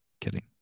Kidding